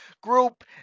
group